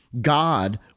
God